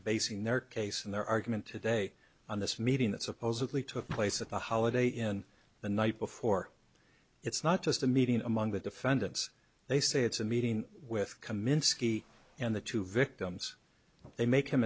basing their case and their argument today on this meeting that supposedly took place at the holiday inn the night before it's not just a meeting among the defendants they say it's a meeting with kaminsky and the two victims they make